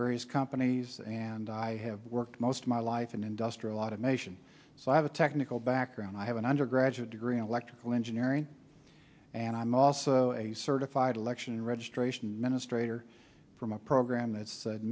various companies and i have worked most of my life in industrial automation so i have a technical background i have an undergraduate degree in electrical engineering and i'm also a certified election registration ministry or from a program that